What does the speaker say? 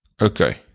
okay